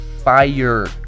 Fire